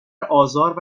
آزار